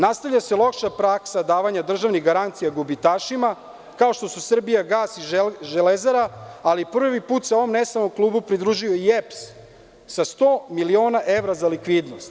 Nastavlja se loša praksa davanja državnih garancija gubitašima, kao što su „Srbijagas“ i „Železara“, ali prvi put se ovom neslavnom klubu pridružio i EPS sa 100 miliona evra za likvidnost.